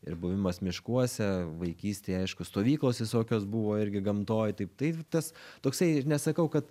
ir buvimas miškuose vaikystėj aišku stovyklos visokios buvo irgi gamtoj taip tai tas toksai ir nesakau kad